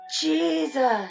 Jesus